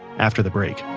after the break